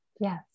Yes